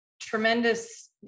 Tremendous